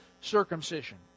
circumcision